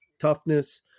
toughness